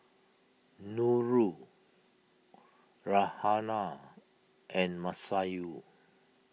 Nurul Raihana and Masayu